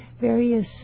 various